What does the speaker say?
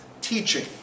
teaching